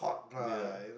yeah